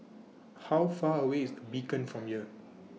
How Far away IS The Beacon from here